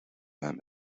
him